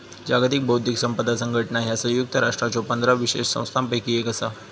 जागतिक बौद्धिक संपदा संघटना ह्या संयुक्त राष्ट्रांच्यो पंधरा विशेष संस्थांपैकी एक असा